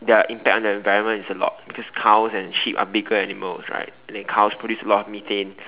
their impact on the environment is a lot because cows and sheep are bigger animals right then cows produce a lot of methane